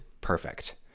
perfect